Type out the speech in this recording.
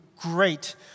great